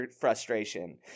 frustration